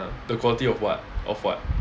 the quality of what of what